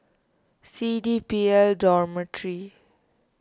C D P L Dormitory